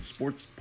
Sports